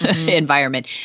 environment